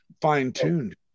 fine-tuned